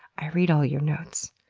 i read all your notes.